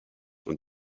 und